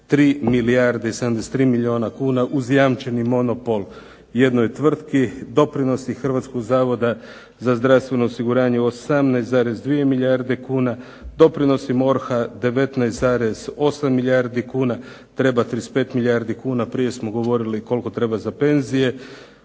3 milijarde i 73 milijuna kuna uz jamčeni monopol jednoj tvrtki, doprinosi Hrvatskog zavoda za zdravstveno osiguranje 18,2 milijarde kuna, doprinosi MORH-a 19,8 milijardi kuna. Treba 35 milijardi kuna prije smo govorili koliko treba za penzije.